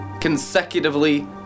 consecutively